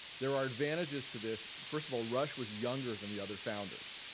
there are advantages to this. first of all rush was younger than the other founders.